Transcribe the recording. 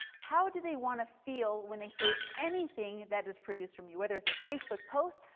how do they want to feel when they say anything that is produced from you, whether it's a facebook post,